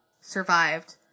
survived